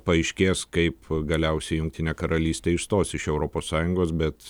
paaiškės kaip galiausiai jungtinė karalystė išstos iš europos sąjungos bet